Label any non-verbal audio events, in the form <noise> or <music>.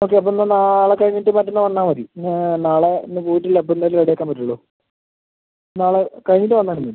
okay അപ്പം എന്നാൽ നാളെ കഴിഞ്ഞിട്ട് മറ്റെന്നാൾ വന്നാൽ മതി ഞാൻ നാളെ ഇന്ന് വീട്ടില് <unintelligible> റെഡി ആക്കാൻ പറ്റില്ലല്ലൊ നാളെ കഴിഞ്ഞിട്ട് വന്നാലും മതി